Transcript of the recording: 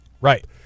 Right